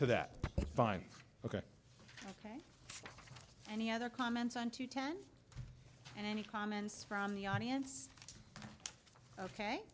to that fine ok any other comments on to ten and any comments from the audience ok